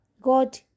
God